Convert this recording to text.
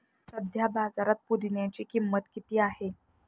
सध्या बाजारात पुदिन्याची किंमत किती आहे?